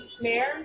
mayor